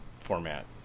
format